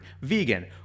vegan